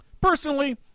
Personally